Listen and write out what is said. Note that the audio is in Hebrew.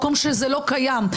מקום שזה לא קיים,